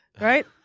Right